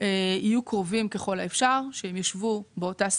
יהיו קרובים ככל האפשר, שהם ישבו באותה סירה.